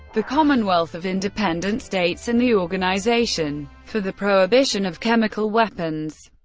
the commonwealth of independent states and the organization for the prohibition of chemical weapons.